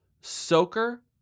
Soaker